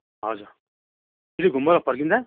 हजुर त्यो घुमबाट फर्किँदा